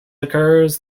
occurs